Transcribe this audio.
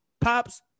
pop's